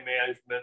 Management